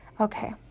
okay